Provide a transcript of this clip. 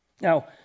Now